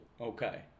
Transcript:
Okay